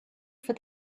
for